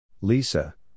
Lisa